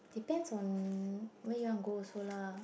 depends on where you want go also lah